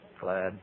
glad